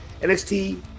NXT